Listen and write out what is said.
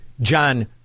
John